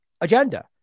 agenda